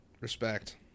Respect